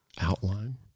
Outline